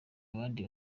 abandi